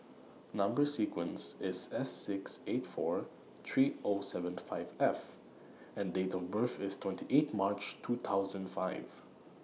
Number sequence IS S six eight four three Zero seven five F and Date of birth IS twenty eight March two thousand five